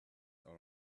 our